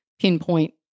pinpoint